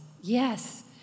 Yes